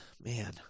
man